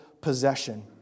possession